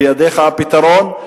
בידיך הפתרון.